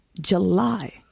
July